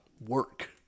work